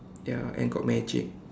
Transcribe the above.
ya and got magic